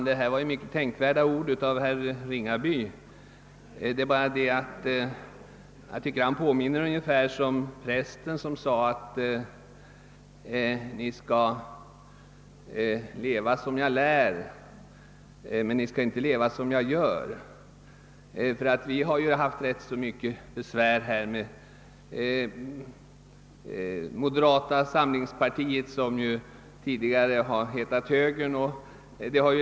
Herr Ringabys ord var ju mycket tänkvärda — de påminde mig dock om prästen som citerade Bibeln och sade: »Lev som jag lär och inte som jag lever.» Vi har ju haft ganska mycket besvär med moderata samlingspartiet, som tidigare hette högerpartiet.